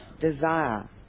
desire